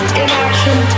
inaction